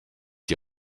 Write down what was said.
die